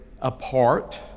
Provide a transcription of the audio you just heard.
apart